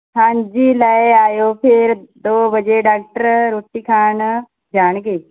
ਹਾਂਜੀ ਲੈ ਆਇਓ ਫਿਰ ਦੋ ਵਜੇ ਡਾਕਟਰ ਰੋਟੀ ਖਾਣ ਜਾਣਗੇ